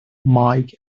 mike